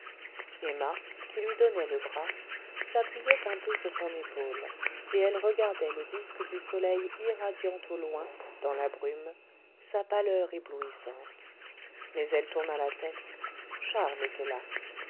emma qui lui donnait le bras s'appuyait un peu sur son épaule et elle regardait le disque du soleil irradiant au loin dans la brume sa pâleur éblouissante mais elle tourna la tête charles était là